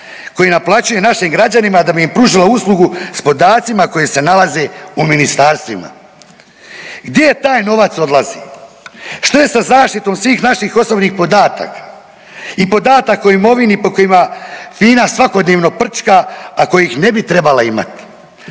koji naplaćuje našim građanima da bi im pružila uslugu s podacima koji se nalaze u ministarstvima. Gdje taj novac odlazi? Što je sa zaštitom svih naših osobnih podataka i podataka o imovini po kojima FINA svakodnevno prčka, a kojih ne bi trebala imati.